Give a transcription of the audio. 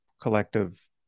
collective